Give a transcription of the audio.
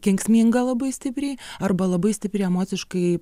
kenksminga labai stipriai arba labai stipriai emociškai